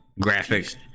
Graphics